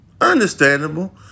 Understandable